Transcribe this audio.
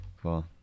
Cool